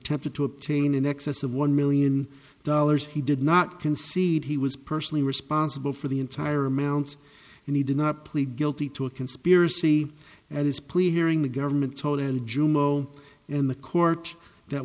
tempted to obtain in excess of one million dollars he did not concede he was personally responsible for the entire amounts and he did not plead guilty to a conspiracy at his plea hearing the government told jumo and the court that